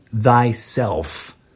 thyself